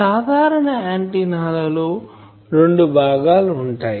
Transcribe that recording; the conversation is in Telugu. సాధారణ ఆంటిన్నా లలో రెండు భాగాలు ఉంటాయి